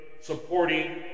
supporting